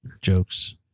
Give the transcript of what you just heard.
jokes